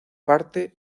parte